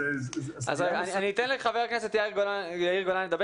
--- אני אתן לחבר הכנסת יאיר גולן לדבר.